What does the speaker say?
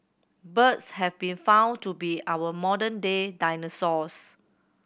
birds have been found to be our modern day dinosaurs